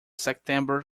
september